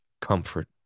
comfort